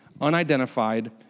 unidentified